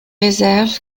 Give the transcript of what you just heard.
réserves